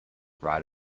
right